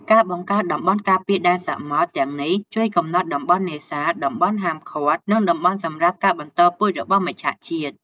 ការបង្កើត តំបន់ការពារដែនសមុទ្រ ទាំងនេះជួយកំណត់តំបន់នេសាទ តំបន់ហាមឃាត់ និងតំបន់សម្រាប់ការបន្តពូជរបស់មច្ឆាជាតិ។